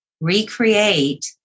recreate